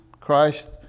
Christ